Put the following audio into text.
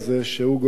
שהוא גורם לו